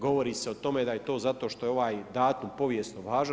Govori se o tome da je to zato što je ovaj datum povijesno važan.